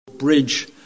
bridge